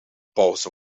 pauze